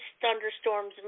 thunderstorms